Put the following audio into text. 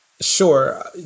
Sure